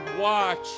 watch